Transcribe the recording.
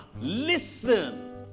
listen